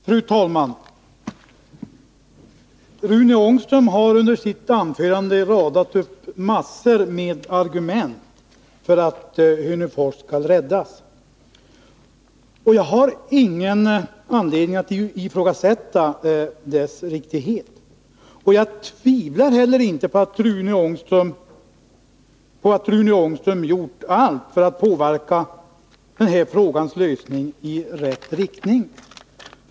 Fru talman! Rune Ångström har under sitt anförande radat upp mängder av argument för att Hörnefors skall räddas. Jag har ingen anledning att ifrågasätta riktigheten i dem. Jag tvivlar inte heller på att Rune Ångström har gjort allt för att påverka en lösning av den här frågan i rätt riktning.